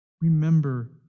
remember